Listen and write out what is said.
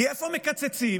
כי איפה מקצצים?